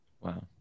Wow